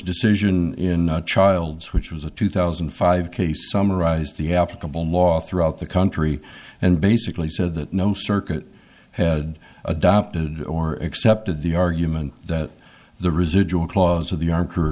decision in childs which was a two thousand and five case summarized the applicable law through out the country and basically said that no circuit had adopted or accepted the argument that the residual clause of the